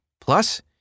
Plus